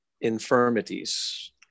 infirmities